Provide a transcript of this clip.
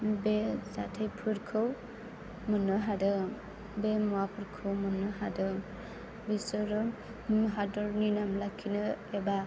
बे जाथायफोरखौ मोननो हादों बे मुवाफोरखौ मोननो हादों बिसोरो हादरनि नाम लाखिनो एबा